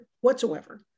whatsoever